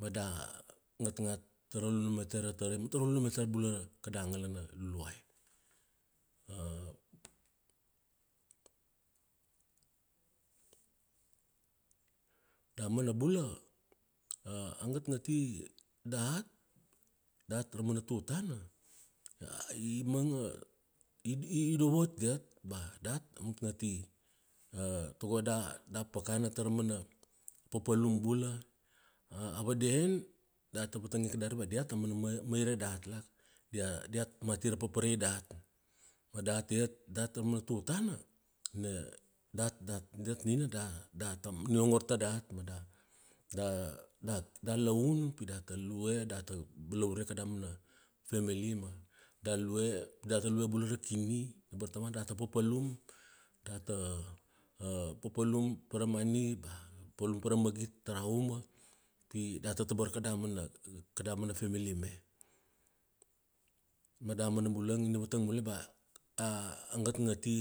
ma da ngatngat tara luaina matai ra tarai ma tara luai na matai bula kada ngalana Luluai. Damana bula, a ngatngati dat, dat ra umana tutana, i manga, i dovot iat ba dat a ngatngati, tago da, da pakana tara umana papalum bula, a vaden data vatangia bea diat auaman maira dat la? Dia- diat mati ra paparai dat, ma dat iat, dat amana tutana na dat da, dat nina da, dat a niongor tadat ma da, da, da laun pi data lue data balaure kadaumana femili ma da lue, da ta lue bula ra kini na bartamana data papalum, data papalum pa ra mani, ba papalum pa ra magit tara uma, pi data tabar kada mana, kada mana femili me. Ma damana bulanga, ina vatang mule bea a ngatngati.